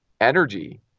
energy